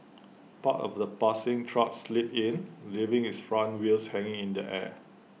part of the passing truck slipped in leaving its front wheels hanging in the air